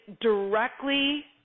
directly